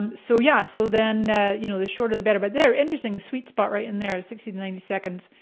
um so yeah so then you know the shorter the better. but there, interesting sweet spot right in there is sixty to ninety seconds.